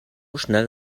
schnell